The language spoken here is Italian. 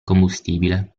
combustibile